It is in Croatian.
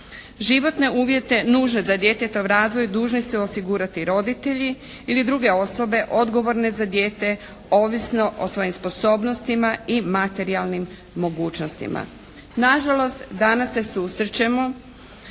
Životne uvjete nužne za djetetov razvoj dužni su osigurani roditelji ili druge osobe odgovorne za dijete ovisno o svojim sposobnostima i materijalnim mogućnostima. Nažalost, danas se susrećemo